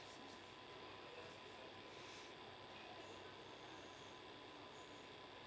uh